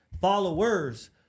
followers